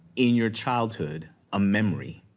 in your childhood, a memory.